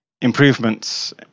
improvements